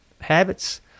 habits